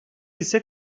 ise